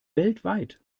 weltweit